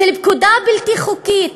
של פקודה בלתי חוקית.